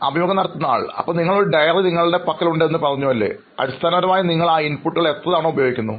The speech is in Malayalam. അഭിമുഖം നടത്തുന്നയാൾ അപ്പോൾ നിങ്ങൾ ഒരു ഡയറി നിങ്ങളുടെ പക്കൽ ഉണ്ട് എന്ന് പറഞ്ഞു അല്ലേ അടിസ്ഥാനപരമായി നിങ്ങൾ ആ ഇൻപുട്ടുകൾ എത്രതവണ ഉപയോഗിക്കുന്നു